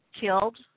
killed